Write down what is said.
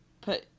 put